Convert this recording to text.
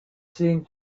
seemed